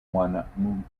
one